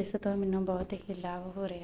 ਇਸ ਤੋਂ ਮੈਨੂੰ ਬਹੁਤ ਹੀ ਲਾਭ ਹੋ ਰਿਹਾ